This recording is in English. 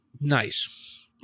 nice